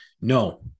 No